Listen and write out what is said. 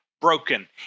broken